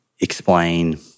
explain